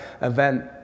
event